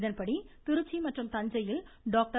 இதன்படி திருச்சி மற்றும் தஞ்சையில் டாக்டர்